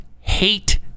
hate